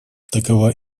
такова